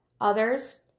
others